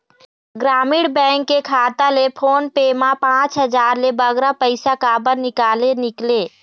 ग्रामीण बैंक के खाता ले फोन पे मा पांच हजार ले बगरा पैसा काबर निकाले निकले?